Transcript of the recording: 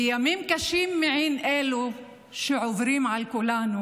בימים קשים מעין אלו שעוברים על כולנו,